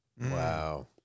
wow